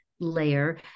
layer